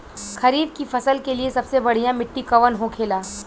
खरीफ की फसल के लिए सबसे बढ़ियां मिट्टी कवन होखेला?